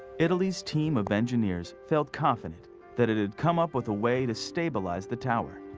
italy's team of engineers felt confident that it had come up with a way to stabilize the tower.